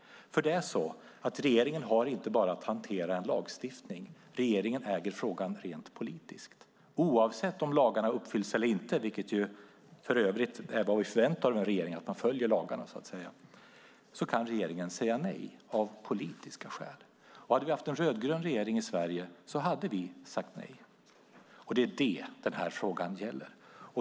Regeringen har nämligen inte bara att hantera en lagstiftning. Regeringen äger frågan rent politiskt. Oavsett om lagarna uppfylls eller inte - vi förväntar oss av regeringen att den följer lagarna - kan regeringen säga nej av politiska skäl. Hade vi haft en rödgrön regering i Sverige hade vi sagt nej. Det är det som denna fråga gäller.